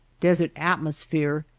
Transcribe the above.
desert atmosphere,